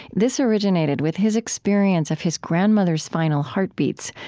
this originated with his experience of his grandmother's final heartbeats,